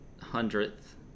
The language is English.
hundredth